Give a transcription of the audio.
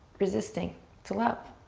resisting to love.